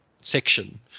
section